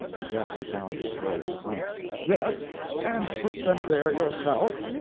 the guest found his voice at once. yes and put them there yourself!